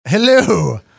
Hello